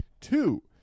Two